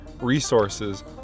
resources